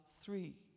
three